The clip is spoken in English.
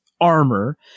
armor